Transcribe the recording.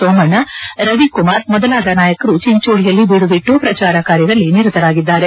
ಸೋಮಣ್ವ ರವಿಕುಮಾರ್ ಮೊದಲಾದ ನಾಯಕರು ಚಿಂಚೋಳಿಯಲ್ಲಿ ಬೀಡುಬಿಟ್ಟು ಪ್ರಚಾರ ಕಾರ್ಯದಲ್ಲಿ ನಿರತರಾಗಿದ್ದಾರೆ